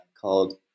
called